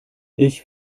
ich